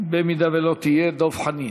אם לא תהיה, דב חנין.